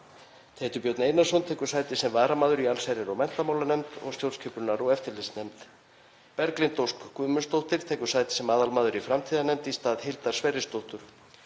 Teitur Björn Einarsson tekur sæti sem varamaður í allsherjar- og menntamálanefnd og stjórnskipunar- og eftirlitsnefnd. Berglind Ósk Guðmundsdóttir tekur sæti sem aðalmaður í framtíðarnefnd í stað Hildar Sverrisdóttur.